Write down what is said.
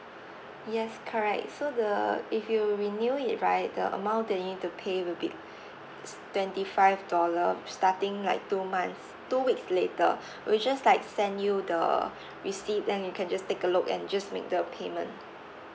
yes correct so the if you renew it right the amount that you need to pay will be s~ twenty five dollar starting like two months two weeks later we'll just like send you the receipt then you can just take a look and just make the payment